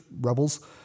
rebels